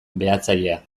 behatzailea